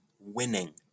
winning